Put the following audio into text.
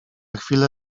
chwilę